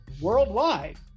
worldwide